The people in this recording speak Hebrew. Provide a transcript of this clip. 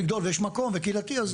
יש מקום לקהילתי,